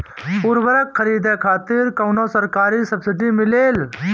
उर्वरक खरीदे खातिर कउनो सरकारी सब्सीडी मिलेल?